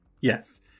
yes